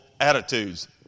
attitudes